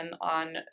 on